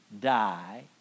die